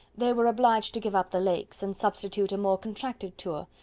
they were obliged to give up the lakes, and substitute a more contracted tour,